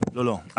לא, לא.